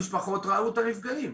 המשפחות ראו את הנפגעים.